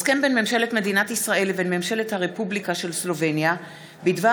הסכם בין ממשלת מדינת ישראל לבין ממשלת הרפובליקה של סלובניה בדבר